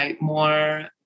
more